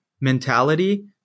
mentality